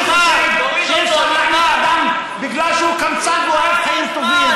אני חושב שאי-אפשר להחליף אדם בגלל שהוא קמצן והוא אוהב חיים טובים.